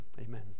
Amen